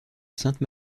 sainte